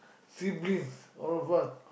siblings all of us